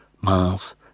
Miles